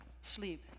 sleep